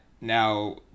now